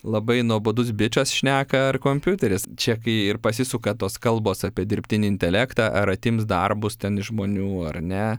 labai nuobodus bičas šneka ar kompiuteris čia kai ir pasisuka tos kalbos apie dirbtinį intelektą ar atims darbus ten iš žmonių ar ne